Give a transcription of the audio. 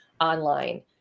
online